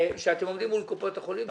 שאתם עומדים מול קופות החולים.